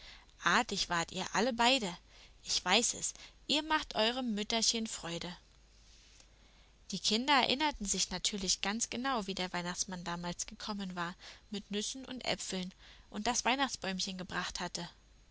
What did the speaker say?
artig wart ihr alle beide ich weiß es ihr macht eurem mütterchen freude die kinder erinnerten sich natürlich ganz genau wie der weihnachtsmann damals gekommen war mit nüssen und äpfeln und das weihnachtsbäumchen gebracht hatte